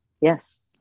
yes